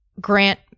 grant